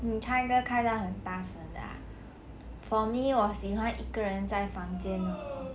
你开歌开到很大声的 ah for me 我喜欢一个人在房间